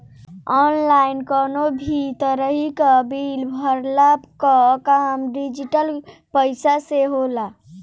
online कवनो भी तरही कअ बिल भरला कअ काम डिजिटल पईसा से होला